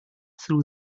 through